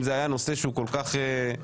אם זה היה נושא שהוא כל כך בוער,